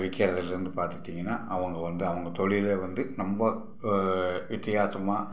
விக்கிறதுலேந்து பாத்துட்டீங்கன்னா அவங்க வந்து அவங்க தொலிழை வந்து நொம்ப வித்தியாசமாக